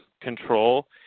control